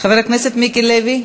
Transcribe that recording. חבר הכנסת מיקי לוי.